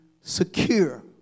secure